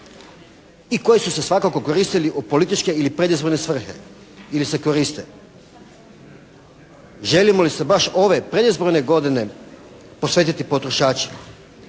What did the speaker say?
i koji su se svakako koristili u političke ili predizborne svrhe ili se koriste. Želimo li se baš ove predizborne godine posvetiti potrošačima?